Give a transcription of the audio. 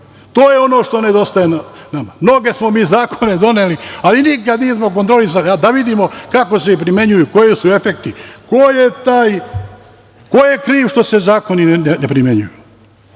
To je ono što nedostaje nama. mnoge smo mi zakone doneli, ali nikad nismo kontrolisali, da vidimo kako se i primenjuju, koji su efekti, ko je kriv što se zakoni ne primenjuju.U